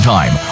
Time